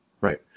Right